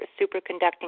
superconducting